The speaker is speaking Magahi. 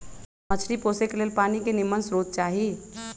मछरी पोशे के लेल पानी के निम्मन स्रोत चाही